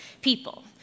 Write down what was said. people